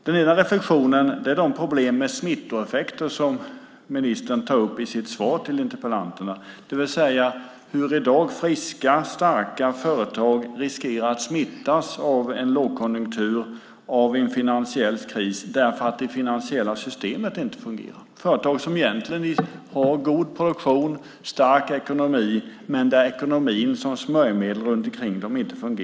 Den ena reflexionen är de problem med smittoeffekter som ministern tar upp i sitt svar till interpellanterna, det vill säga hur i dag friska, starka företag riskerar att smittas av en lågkonjunktur och en finansiell kris för att det finansiella systemet inte fungerar. Det är företag som egentligen har god produktion och stark ekonomi, men ekonomin som smörjmedel runt omkring dem fungerar inte.